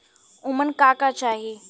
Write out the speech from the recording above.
उमन का का चाही?